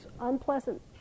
unpleasant